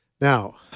Now